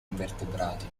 invertebrati